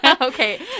Okay